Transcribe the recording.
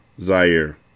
Zaire